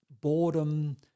boredom